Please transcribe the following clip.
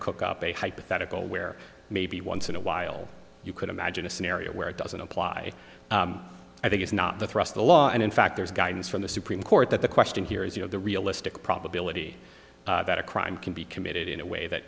cook up a hypothetical where maybe once in awhile you could imagine a scenario where it doesn't apply i think is not the thrust the law and in fact there's guidance from the supreme court that the question here is you know the realistic probability that a crime can be committed in a way that